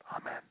Amen